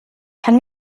kann